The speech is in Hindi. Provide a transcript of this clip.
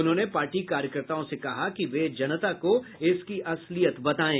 उन्होंने पार्टी कार्यकर्ताओं से कहा कि वे जनता को इसकी असलियत बतायें